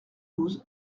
douze